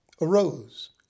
arose